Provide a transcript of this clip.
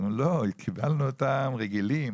והם אמרו: "קיבלנו אותם רגילים,